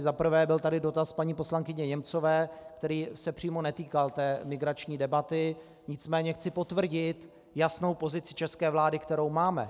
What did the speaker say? Za prvé byl tady dotaz paní poslankyně Němcové, který se přímo netýkal té migrační debaty, nicméně chci potvrdit jasnou pozici české vlády, kterou máme.